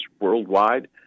worldwide